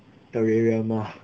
the 圆圆嘛